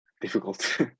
difficult